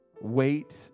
Wait